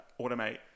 automate